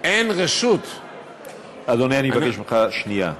אין רשות --- אדוני, אני אבקש ממך שנייה.